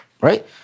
right